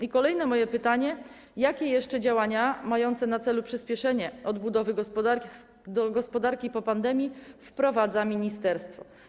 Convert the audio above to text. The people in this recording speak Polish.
I kolejne moje pytanie: Jakie jeszcze działania mające na celu przyspieszenie odbudowy gospodarki po pandemii wprowadza ministerstwo?